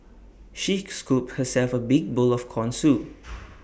she scooped herself A big bowl of Corn Soup